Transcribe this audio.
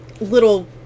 little